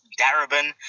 Darabin